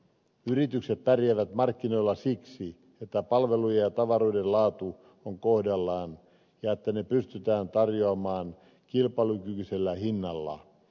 yritykset pärjäävät markkinoilla siksi että palvelujen ja tavaroiden laatu on kohdallaan ja että ne pystytään tarjoamaan kilpailukykyisellä hinnalla